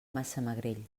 massamagrell